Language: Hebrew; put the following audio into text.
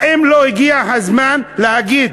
האם לא הגיע הזמן להגיד: